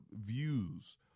views